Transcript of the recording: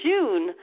June